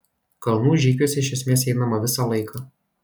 kalnų žygiuose iš esmės einama visą laiką